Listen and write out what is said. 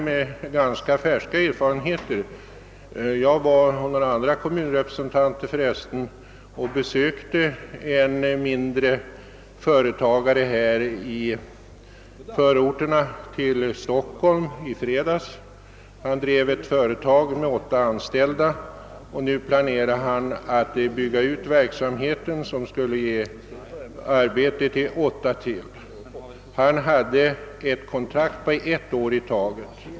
Tillsammans med några andra kommunrepresentanter besökte jag i fredags en företagare i Stockholms förorter. Han har ett företag med åtta anställda och planerade att bygga ut verksamheten så att den gav arbete åt ytterligare åtta personer. Han hade komntrakt på ett år i taget.